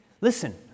Listen